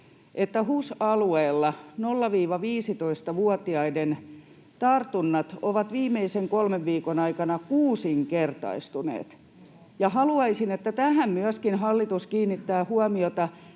että HUS-alueella 0—15-vuotiaiden tartunnat ovat viimeisen kolmen viikon aikana kuusinkertaistuneet. Haluaisin, että myöskin tähän hallitus kiinnittää huomiota.